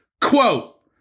Quote